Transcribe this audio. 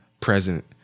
present